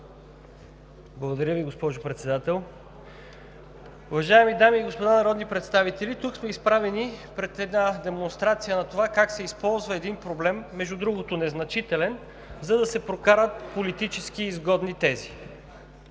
Благодаря Ви, госпожо Председател. Уважаеми дами и господа народни представители, тук сме изправени пред демонстрация на това как се използва един проблем, между другото незначителен, за да се прокарат политически изгодни тези.